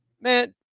man